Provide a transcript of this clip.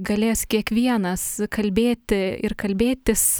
galės kiekvienas kalbėti ir kalbėtis